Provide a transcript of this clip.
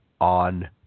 on